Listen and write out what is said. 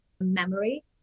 memory